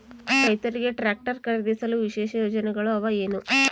ರೈತರಿಗೆ ಟ್ರಾಕ್ಟರ್ ಖರೇದಿಸಲು ವಿಶೇಷ ಯೋಜನೆಗಳು ಅವ ಏನು?